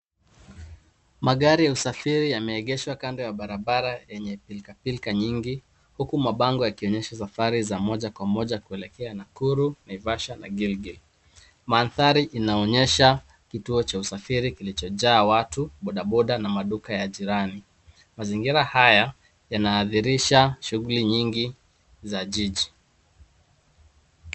Magari ya usafiri yameegeshwa kando ya barabara yenye pilkapilka nyingi huku mabango yakionyesha safari ya moja kwa moja kuelekea Nakuru, Naivasha na Gilgil. Mandhari naonyesha kituo cha usafiri kilichojaa watu, boda boda na maduka ya jirani. Mazingira haya yanaadhirisha shughuli nyingi za jiji.